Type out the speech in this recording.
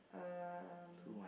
um